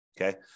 okay